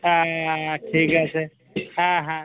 ঠিক আছে হ্যাঁ হ্যাঁ